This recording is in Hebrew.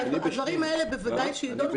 הדברים האלה בוודאי שיידונו,